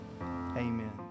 Amen